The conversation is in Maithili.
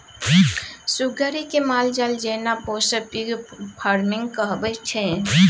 सुग्गरि केँ मालजाल जेना पोसब पिग फार्मिंग कहाबै छै